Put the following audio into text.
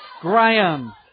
Graham